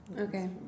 okay